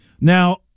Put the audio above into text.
Now